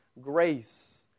grace